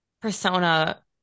persona